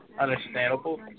Understandable